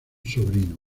sobrino